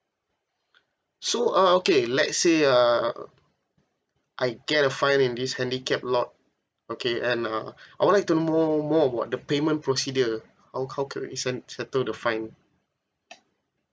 so uh okay let's say um I get a fine in this handicap lot okay and uh I would like to know more about the payment procedure how how can we se~ settle the fine